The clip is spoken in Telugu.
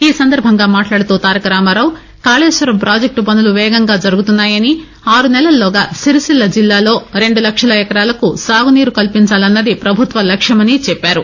ఈసందర్బంగా మాట్లాడుతూ తారక రామారావు కాళేశ్వరం పాజక్టు పనులు వేగంగా జరుగుతున్నాయనీ ఆరునెలల్లోగా సిరిసిల్ల జిల్లాలో రెండు లక్షల ఎకరాలకు సాగునీరు కల్పించాలన్నది పభుత్వ లక్ష్యమనీ అన్నారు